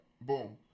Boom